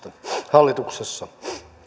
hallituksessa